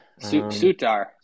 Sutar